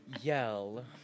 yell